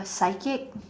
a psychic